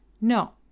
No